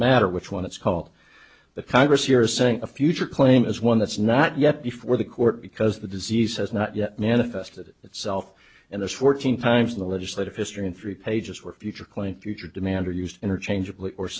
matter which one it's call the congress you're saying a future claim is one that's not yet before the court because the disease has not yet manifested itself and this fourteen times in the legislative history in three pages were future claimed future demand or used interchangeably or